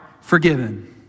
forgiven